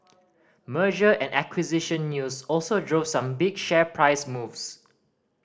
merger and acquisition news also drove some big share price moves